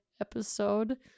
Episode